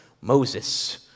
Moses